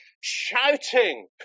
shouting